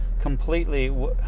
completely